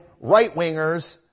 right-wingers